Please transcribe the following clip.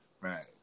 Right